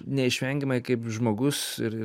neišvengiamai kaip žmogus ir